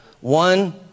One